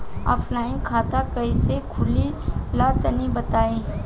Offline खाता कइसे खुले ला तनि बताई?